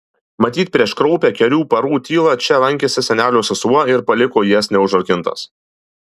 matyt prieš kraupią kelių parų tylą čia lankėsi senelio sesuo ir paliko jas neužrakintas